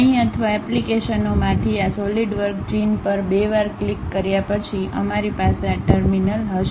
અહીં અથવા એપ્લિકેશનોમાંથી આ સોલિડવર્ક ચિહ્ન પર બે વાર ક્લિક કર્યા પછી અમારી પાસે આ ટર્મિનલ હશે